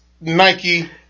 Nike